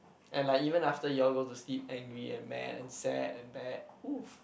and like even after you all go to sleep angry and mad and sad and bad woof